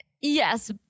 Yes